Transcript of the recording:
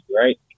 right